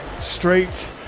Straight